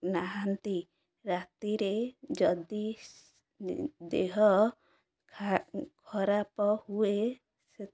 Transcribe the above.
ନାହାନ୍ତି ରାତିରେ ଯଦି ଦେହ ଖ ଖରାପ ହୁଏ